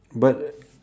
but